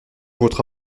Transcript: votre